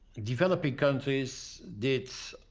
developing countries did,